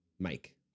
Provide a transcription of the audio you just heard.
Mike